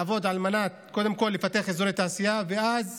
צריך לעבוד על מנת לפתח אזור תעשייה, ואז